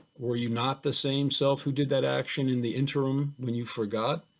were you not the same self who did that action in the interim when you forgot?